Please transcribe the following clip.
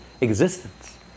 existence